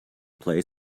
play